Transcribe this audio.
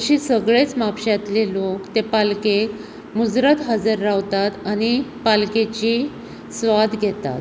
अशें सगळेंच म्हापशांतले लोक ते पालकेक मुजरत हजर रावतात आनी पालकेची स्वाद घेतात